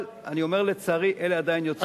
אבל אני אומר, לצערי, אלה עדיין יוצאים מן הכלל.